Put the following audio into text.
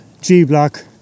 G-block